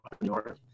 north